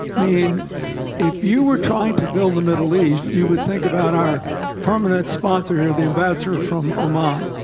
meaning if you were trying to build the middle east you would think about our permanent sponsor here the ambassador from oman?